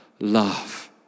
love